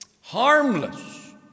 harmless